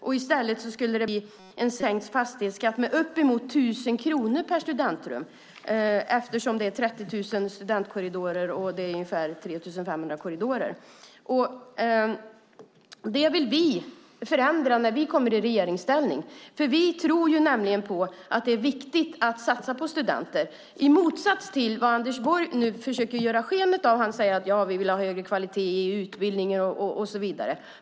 I stället skulle det bli en sänkt fastighetsskatt med uppemot 1 000 kronor per studentrum, eftersom det finns ungefär 30 000 studentrum och 3 500 korridorer. Detta vill vi förändra när vi kommer i regeringsställning. Vi tycker nämligen att det är viktigt att satsa på studenter, i motsats till vad Anders Borg nu försöker ge sken av. Han säger att Alliansen vill ha högre kvalitet i utbildningen och så vidare.